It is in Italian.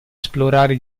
esplorare